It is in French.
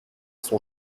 sont